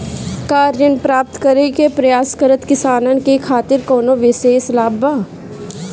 का ऋण प्राप्त करे के प्रयास करत किसानन के खातिर कोनो विशेष लाभ बा